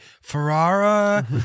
Ferrara